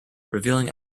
revealing